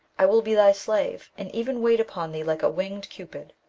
i will be thy slave, and even wait upon thee like a winged cupid.